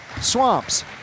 Swamps